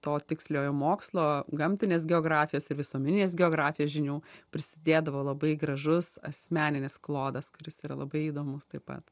to tiksliojo mokslo gamtinės geografijos ir visuomeninės geografijos žinių prisidėdavo labai gražus asmeninis klodas kuris yra labai įdomus taip pat